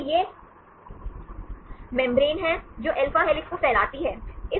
तो यह मेम्ब्रेन है जो अल्फा हेलिक्स को फैलाती है